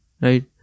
right